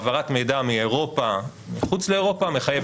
העברת מידע מאירופה מחוץ לאירופה מחייב